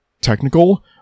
technical